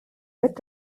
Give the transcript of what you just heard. mit